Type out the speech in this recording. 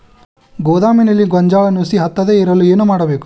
ಗೋದಾಮಿನಲ್ಲಿ ಗೋಂಜಾಳ ನುಸಿ ಹತ್ತದೇ ಇರಲು ಏನು ಮಾಡುವುದು?